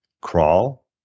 Crawl